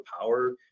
power